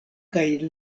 kaj